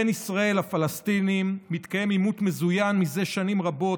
בין ישראל לפלסטינים מתקיים עימות מזוין זה שנים רבות,